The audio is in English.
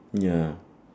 ya